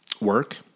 work